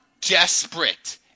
desperate